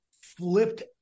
flipped